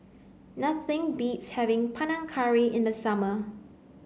nothing beats having Panang Curry in the summer